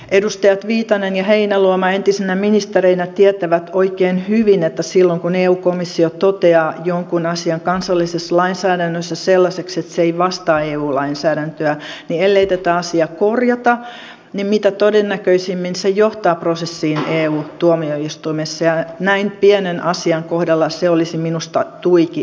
edustajat viitanen ja heinäluoma entisinä ministereinä tietävät oikein hyvin että silloin kun eu komissio toteaa jonkin asian kansallisessa lainsäädännössä sellaiseksi että se ei vastaa eu lainsäädäntöä ja tätä asiaa ei korjata se mitä todennäköisimmin johtaa prosessiin eu tuomioistuimessa ja näin pienen asian kohdalla se olisi minusta tuiki tarpeetonta